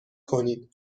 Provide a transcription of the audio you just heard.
کنید